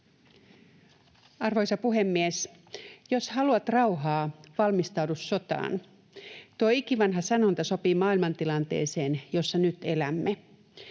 Arvoisa puhemies! ”Jos haluat rauhaa, valmistaudu sotaan.” Tuo ikivanha sanonta sopii maailmantilanteeseen, jossa nyt elämme.